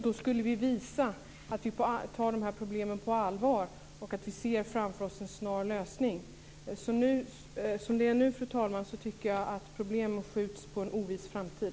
Då skulle vi visa att vi tar de här problemen på allvar och att vi ser framför oss en snar lösning. Som det är nu, fru talman, tycker jag att problem skjuts på en oviss framtid.